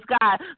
God